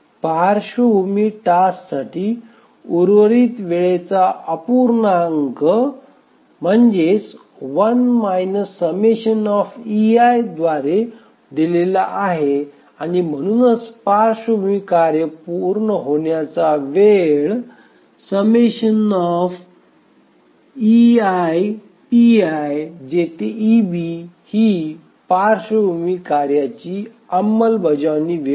पार्श्वभूमी टास्कसाठी उर्वरित वेळेचा अपूर्णांक 1−∑ei द्वारे दिलेला आहे आणि म्हणूनच पार्श्वभूमी कार्य पूर्ण होण्याचा वेळ1−∑ei pi जेथे eB ही पार्श्वभूमी कार्याची अंमलबजावणी वेळ आहे